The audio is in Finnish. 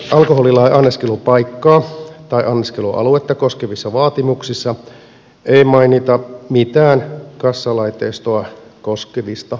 tällä hetkellä alkoholilain anniskelupaikkaa tai anniskelualuetta koskevissa vaatimuksissa ei mainita mitään kassalaitteistoa koskevista vaatimuksista